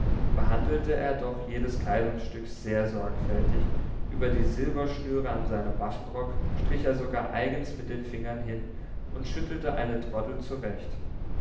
behandelte er doch jedes kleidungsstück sehr sorgfältig über die silberschnüre an seinem waffenrock strich er sogar eigens mit den fingern hin und schüttelte eine troddel zurecht